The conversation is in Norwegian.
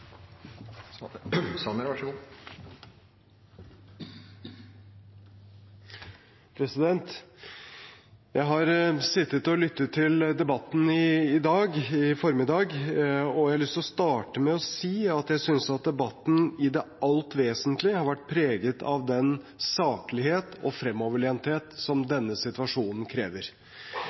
Jeg har sittet og lyttet til debatten i formiddag, og jeg har lyst til å starte med å si at jeg synes debatten i det alt vesentlige har vært preget av den saklighet og fremoverlenthet som denne situasjonen krever.